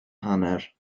hanner